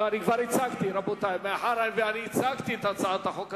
לא, כבר הצגתי את הצעת החוק הזו.